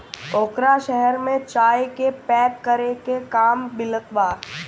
ओकरा शहर में चाय के पैक करे के काम मिलत बा